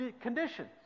conditions